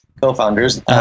co-founders